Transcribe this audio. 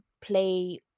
play